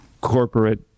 corporate